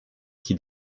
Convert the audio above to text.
qui